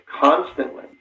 constantly